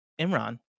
imran